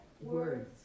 Words